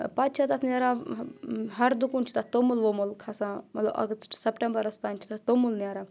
پَتہٕ چھا تَتھ نیران ہَر دُکُن چھُ تَتھ توٚمُل ووٚمُل کھَسان مطلب اَگَسٹہٕ سؠپٹَمبَرَس تانۍ چھِ تَتھ توٚمُل نیٛران